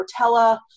Rotella